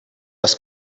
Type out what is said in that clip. les